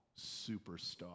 Superstar